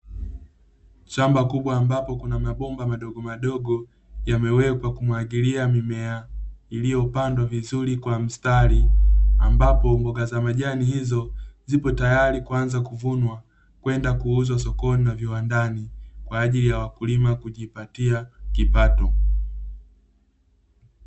Shamba kubwa ambapo kuna mabomba madogomadogo, yamewekwa kumwagilia mimea iliyopandwa vizuri kwa mstari, ambapo mboga za majani hizo zipo tayari kuanza kuvunwa, kwenda kuuzwa sokoni na viwandani kwa ajili ya wakulima kujipatia kipato.